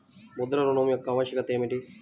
ముద్ర ఋణం యొక్క ఆవశ్యకత ఏమిటీ?